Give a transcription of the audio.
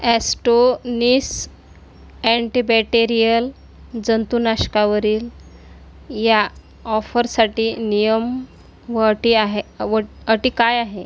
ॲस्टोनिस antibacterial जंतुनाशकावरील या ऑफरसाठी नियम व अटी आहे व अटी काय आहे